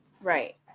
right